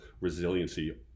resiliency